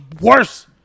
worse